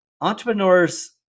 Entrepreneurs